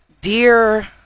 dear